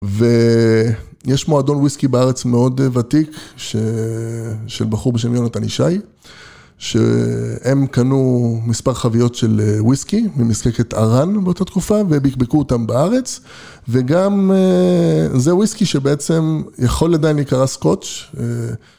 ויש מועדון וויסקי בארץ מאוד ותיק, של בחור בשם יונתן ישי, שהם קנו מספר חביות של וויסקי ממזקקת ארן באותה תקופה, ובקבקו אותן בארץ, וגם זה וויסקי שבעצם יכול עדיין להיקרא סקוטש.